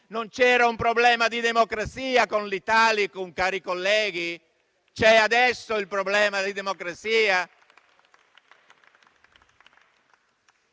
Non c'era un problema di democrazia con l'Italicum, cari colleghi? C'è adesso il problema di democrazia?